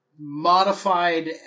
modified